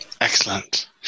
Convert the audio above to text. Excellent